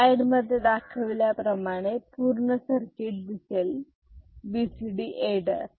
स्लाइडमध्ये दाखविल्याप्रमाणे पूर्ण सर्किट दिसेल बी सी डी एडर